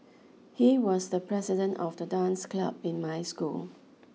he was the president of the dance club in my school